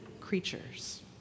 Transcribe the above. creatures